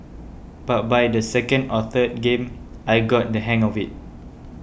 but by the second or third game I got the hang of it